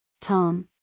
Tom